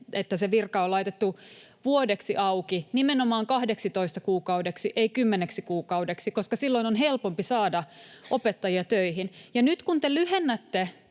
että se virka on laitettu vuodeksi auki, nimenomaan 12 kuukaudeksi, ei 10 kuukaudeksi, koska silloin on helpompi saada opettajia töihin. Ja nyt kun te pidennätte